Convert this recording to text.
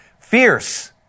fierce